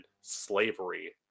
slavery